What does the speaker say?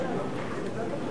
סודי),